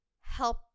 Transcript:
help